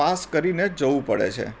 pass કરીને જવું પડે છે